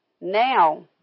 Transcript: now